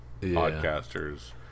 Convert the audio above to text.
podcasters